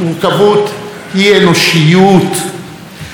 אנשים מורכבים לא מצביעים רק למרכז,